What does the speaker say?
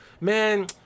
Man